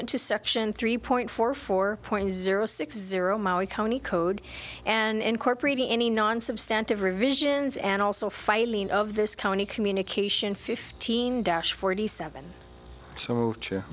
to section three point four four point zero six zero maui county code and incorporated any non substantive revisions and also filing of this county communication fifteen dash forty seven so